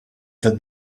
tad